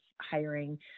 hiring